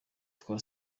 twa